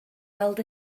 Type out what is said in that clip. weld